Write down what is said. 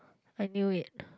I knew it